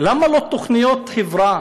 למה לא תוכניות חברה?